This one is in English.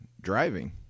driving